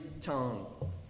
tongue